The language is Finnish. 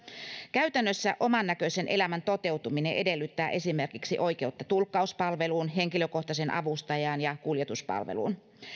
käytännössä omannäköisen elämän toteutuminen edellyttää esimerkiksi oikeutta tulkkauspalveluun henkilökohtaiseen avustajaan ja kuljetuspalveluun